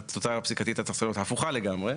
התוצאה הפסיקתית הייתה צריכה להיות הפוכה לגמרי.